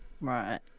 Right